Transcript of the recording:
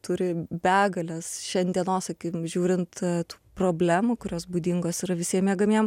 turi begales šiandienos akim žiūrint tų problemų kurios būdingos yra visiem miegamiem